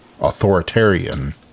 authoritarian